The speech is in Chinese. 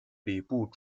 礼部